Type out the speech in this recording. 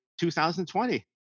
2020